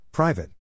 Private